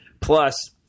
Plus